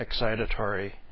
excitatory